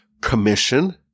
commission